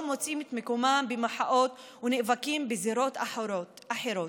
מוצאים את מקומם במחאות נאבקים בזירות אחרות.